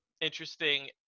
interesting